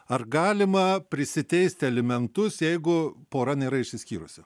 ar galima prisiteisti alimentus jeigu pora nėra išsiskyrusi